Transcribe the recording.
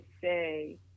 say